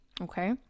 okay